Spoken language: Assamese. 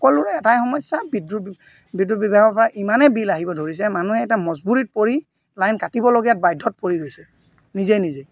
সকলোৰে এটাই সমস্যা বিদ্যুৎ বিদ্যুৎ বিভাগৰ পৰা ইমানেই বিল আহিব ধৰিছে মানুহে এটা মজবুৰিত পৰি লাইন কাটিবলগীয়া বাধ্যত পৰি গৈছে নিজে নিজে